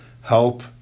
help